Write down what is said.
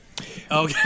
Okay